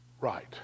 right